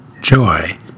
joy